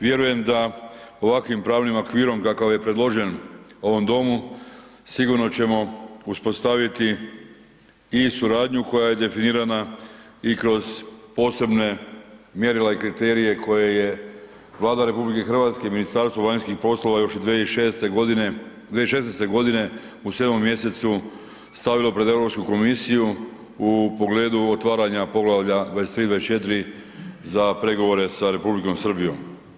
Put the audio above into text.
Vjerujem da ovakvim pravnim okvirom kakav je predložen ovom domu sigurno ćemo uspostaviti i suradnju koja definirana i kroz posebne mjerila i kriterije koje je Vlada RH i Ministarstvo vanjskih poslova još 2006., 2016. godine u 7. mjesecu stavilo pred Europsku komisiju u pogledu otvaranja Poglavlja 23., 24. za pregovore sa Republikom Srbijom.